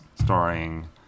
starring